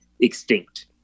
extinct